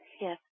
Yes